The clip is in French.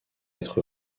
être